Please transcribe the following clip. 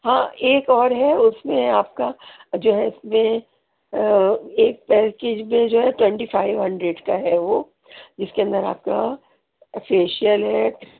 ہاں ایک اور ہے اُس میں آپ کا جو ہے یہ ایک پیکیج کا بل جو ہے ٹونٹی فائیو ہنڈریڈ کا ہے وہ جس کے اندر آپ کا فیشیل ہے